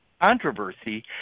controversy